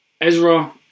Ezra